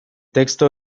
texto